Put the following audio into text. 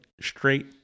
straight